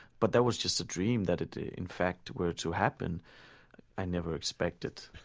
but that was just a dream. that it in fact were to happen i never expected